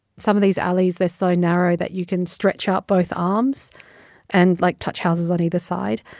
some of these alleys, they're so narrow that you can stretch out both arms and, like, touch houses on either side.